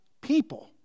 people